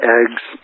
eggs